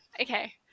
Okay